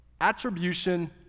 Attribution